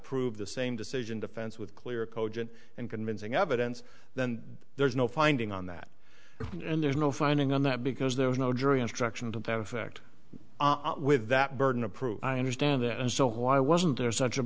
prove the same decision defense with clear cogent and convincing evidence then there's no finding on that and there's no finding on that because there was no jury instruction to that effect with that burden of proof i understand that and so why wasn't there such a